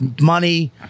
money